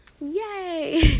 yay